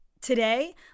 Today